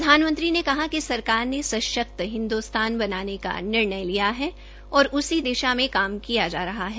प्रधानमंत्री ने कहा कि सरकार ने सशक्त हिन्दोस्तान बनाने का निर्णय लिया है और उसी दिशा मे काम किया जा रहा है